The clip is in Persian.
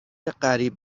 قریب